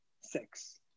six